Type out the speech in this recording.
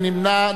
מי נמנע?